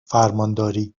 فرمانداری